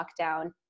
lockdown